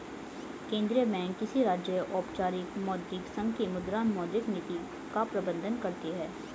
केंद्रीय बैंक किसी राज्य, औपचारिक मौद्रिक संघ की मुद्रा, मौद्रिक नीति का प्रबन्धन करती है